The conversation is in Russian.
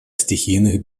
стихийных